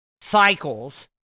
cycles